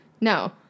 No